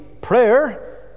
prayer